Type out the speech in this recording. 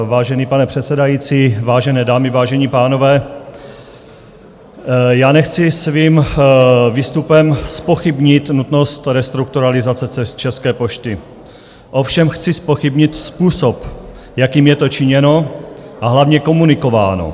Vážený pane předsedající, vážené dámy, vážení pánové, já nechci svým výstupem zpochybnit nutnost restrukturalizace České pošty, ovšem chci zpochybnit způsob, jakým je to činěno a hlavně komunikováno.